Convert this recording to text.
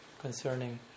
concerning